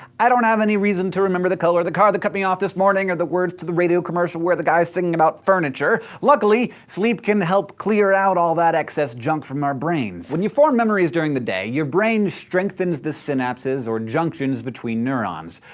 i don't have any reason to remember the color of the car that cut me off this morning or the words to the radio commercial where the guy is singing about furniture. luckily, sleep can help clear out all that excess junk from our brains. when you form memories during the day, your brain strengthens the synapses or junctions between neurons.